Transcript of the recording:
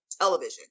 television